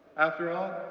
after all,